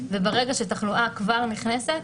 וברגע שתחלואה כבר נכנסת,